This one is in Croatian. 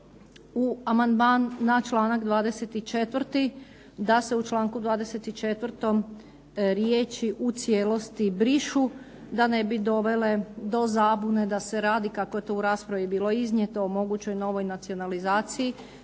U amandman na članak 24. da se u članku 24. riječi u cijelosti brišu da ne bi dovele do zabune da se radi kako je to u raspravi bilo iznijeti o mogućoj novoj nacionalizaciji